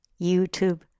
YouTube